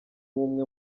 umwe